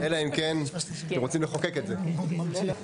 הצבעה על הסתייגות